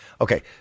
Okay